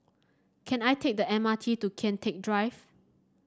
can I take the M R T to Kian Teck Drive